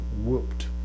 whooped